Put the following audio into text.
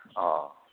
ꯑꯣ